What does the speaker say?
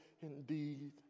indeed